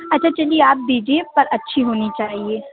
اچھا چلیے آپ دیجیے پر اچھی ہونی چاہیے